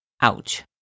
Ouch